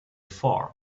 far